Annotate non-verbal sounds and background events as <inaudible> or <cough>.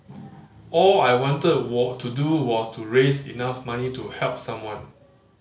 all I wanted <unintelligible> to do was to raise enough money to help someone